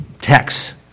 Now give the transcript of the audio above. text